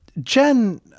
Jen